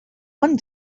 one